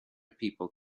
people